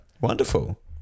Wonderful